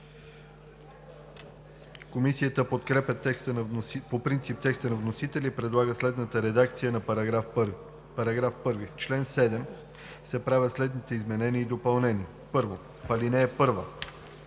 Комисията подкрепя по принцип текста на вносителя и предлага следната редакция за § 11: „§ 11. В чл. 33 се правят следните изменения и допълнения: 1. В ал. 1